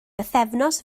bythefnos